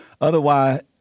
Otherwise